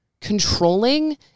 controlling